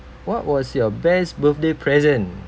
what was your best birthday present